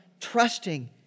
trusting